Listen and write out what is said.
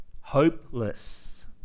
Hopeless